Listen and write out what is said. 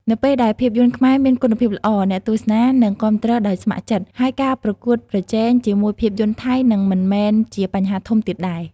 នៅពេលដែលភាពយន្តខ្មែរមានគុណភាពល្អ អ្នកទស្សនានឹងគាំទ្រដោយស្ម័គ្រចិត្ត ហើយការប្រកួតប្រជែងជាមួយភាពយន្តថៃនឹងមិនមែនជាបញ្ហាធំទៀតដែរ។